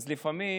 אז לפעמים